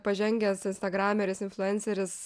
pažengęs instagrameris influenceris